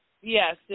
yes